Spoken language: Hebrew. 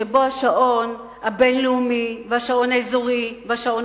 שבו השעון הבין-לאומי והשעון האזורי והשעון